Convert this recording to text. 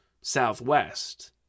southwest